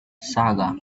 saga